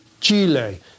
Chile